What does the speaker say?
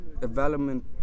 development